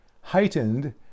heightened